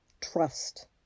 trust